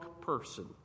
person